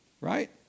right